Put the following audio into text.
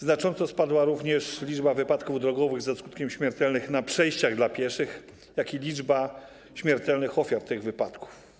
Znacząco spadła również zarówno liczba wypadków drogowych ze skutkiem śmiertelnym na przejściach dla pieszych, jak i liczba śmiertelnych ofiar tych wypadków.